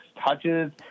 touches